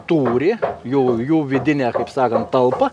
tūrį jų vidinę kaip sakant talpą